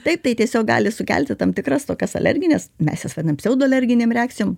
taip tai tiesiog gali sukelti tam tikras tokias alergines mes jas vadinam pseudoalerginėm reakcijom